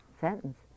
sentence